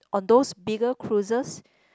on those bigger cruises